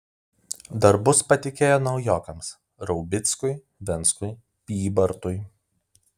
darbus patikėjo naujokams raubickui venckui bybartui